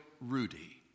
Rudy